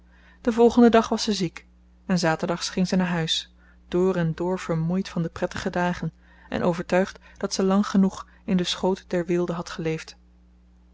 den volgenden dag was ze ziek en zaterdags ging ze naar huis door en door vermoeid van de prettige dagen en overtuigd dat ze lang genoeg in den schoot der weelde had geleefd